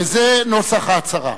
וזה נוסח ההצהרה: